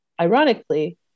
Ironically